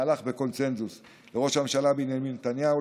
מהלך בקונסנזוס: לראש הממשלה בנימין נתניהו,